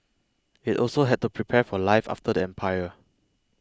it also had to prepare for life after the empire